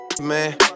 man